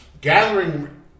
gathering